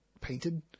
painted